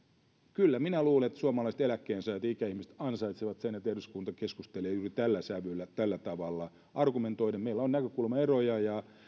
kyllä minä luulen että suomalaiset eläkkeensaajat ja ikäihmiset ansaitsevat sen että eduskunta keskustelee juuri tällä sävyllä tällä tavalla argumentoiden meillä on näkökulmaeroja ja